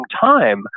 time